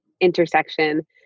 intersection